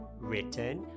written